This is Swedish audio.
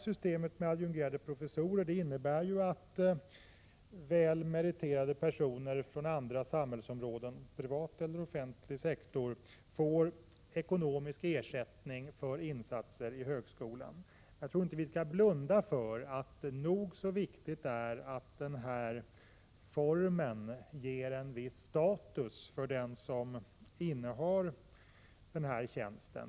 Systemet med adjungerade professorer innebär att väl meriterade personer från andra samhällsområden, privat eller offentlig sektor, får ekonomisk ersättning för insatser i högskolan. Man skall inte blunda för att det är nog så viktigt att denna form ger en viss status för den som innehar tjänsten.